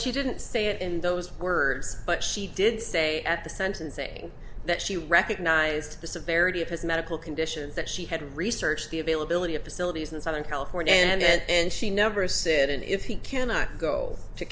she didn't say it in those words but she did say at the sentencing that she recognized the severity of his medical condition that she had researched the availability of facilities in southern california and she never said if he cannot go to